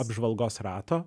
apžvalgos rato